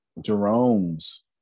Jerome's